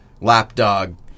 lapdog